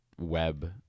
web